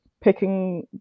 picking